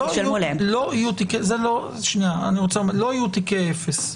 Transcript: לא יהיו תיקי אפס.